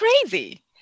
crazy